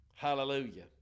Hallelujah